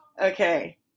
Okay